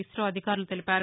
ఇసో అధికారులు తెలిపారు